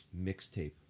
mixtape